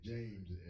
James